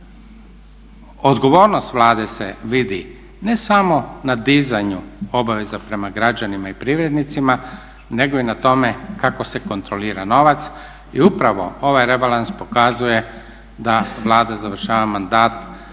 odgovornost Vlade se vidi ne samo na dizanju obaveza prema građanima i privrednicima nego i na tome kako se kontrolira novac i upravo ovaj rebalans pokazuje da Vlada završava mandat